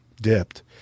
dipped